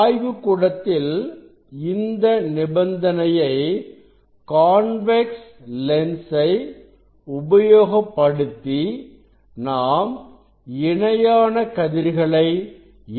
ஆய்வுகூடத்தில் இந்த நிபந்தனையை கான்வெக்ஸ் லென்சை உபயோகப்படுத்தி நாம் இணையான கதிர்களை ஏற்படுத்துகிறோம்